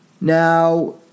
Now